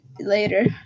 later